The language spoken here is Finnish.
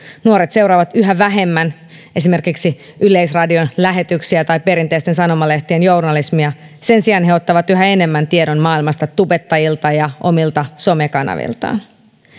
nuoret seuraavat yhä vähemmän esimerkiksi yleisradion lähetyksiä tai perinteisten sanomalehtien journalismia sen sijaan he he ottavat yhä enemmän tiedon maailmasta tubettajilta ja omilta somekanaviltaan